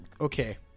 Okay